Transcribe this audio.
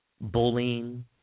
bullying